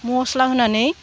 मस्ला होनानै